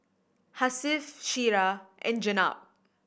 Hasif Syirah and Jenab